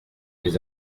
les